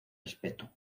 respeto